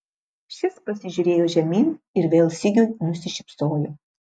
šis pasižiūrėjo žemyn ir vėl sigiui nusišypsojo